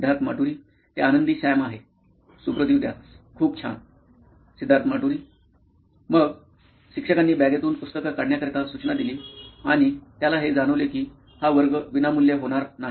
सिद्धार्थ माटुरी मुख्य कार्यकारी अधिकारी नॉइन इलेक्ट्रॉनिक्स ते आनंदी सॅम आहे Suprateev Das CTO Noin electronics खूप छान सिद्धार्थ माटुरी मुख्य कार्यकारी अधिकारी नॉइन इलेक्ट्रॉनिक्स मग शिक्षकांनी बॅगेतून पुस्तकं काढण्याकरिता सूचना दिली आणि त्याला हे जाणवले कि हा वर्ग विनामूल्य होणार नाही